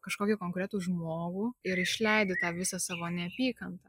kažkokį konkretų žmogų ir išleidi tą visą savo neapykantą